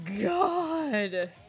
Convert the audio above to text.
God